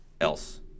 else